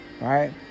Right